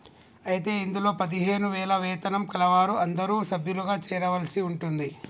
అయితే ఇందులో పదిహేను వేల వేతనం కలవారు అందరూ సభ్యులుగా చేరవలసి ఉంటుంది